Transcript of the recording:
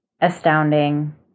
astounding